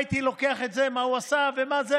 מה הוא עושה ומה זה,